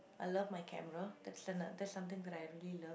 I love my camera that's that's something that I really love